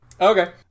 Okay